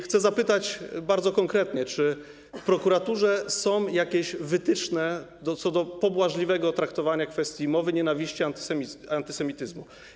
Chcę zapytać bardzo konkretnie: Czy w prokuraturze są jakieś wytyczne co do pobłażliwego traktowania kwestii mowy nienawiści, antysemityzmu?